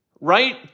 right